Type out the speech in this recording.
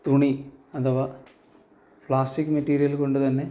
തുണി അഥവാ പ്ലാസ്റ്റിക് മെറ്റീരിയലുകൊണ്ടുതന്നെ